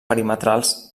perimetrals